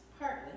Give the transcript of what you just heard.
Partly